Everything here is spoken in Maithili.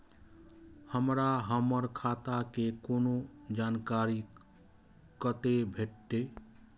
हमरा हमर खाता के कोनो जानकारी कतै भेटतै?